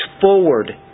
forward